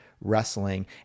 wrestling